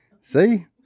See